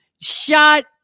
Shut